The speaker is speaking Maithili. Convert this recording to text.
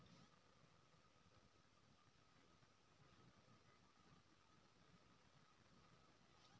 मिथिला क्षेत्रमे मुँगकेँ उसनि ओहि मे नोन तेल आ पियाज दए मुँगक उसना बनाबै छै